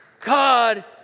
God